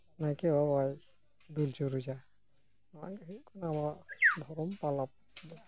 ᱱᱟᱭᱠᱮ ᱵᱟᱵᱟᱭ ᱫᱩᱞ ᱪᱩᱨᱩᱡᱟ ᱱᱚᱣᱟᱜᱮ ᱦᱩᱭᱩᱜ ᱠᱟᱱᱟ ᱫᱷᱚᱨᱚᱢ ᱯᱟᱞᱟᱣ